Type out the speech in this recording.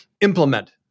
implement